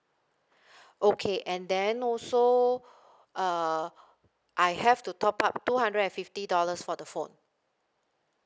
okay and then also uh have to top up two hundred and fifty dollars for the phone